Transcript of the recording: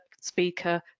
speaker